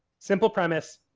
simple, premise,